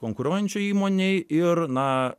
konkuruojančioj įmonėj ir na